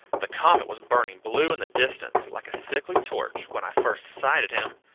the comet was burning blue in the distance, like a sickly torch, when i first sighted him,